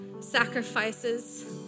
sacrifices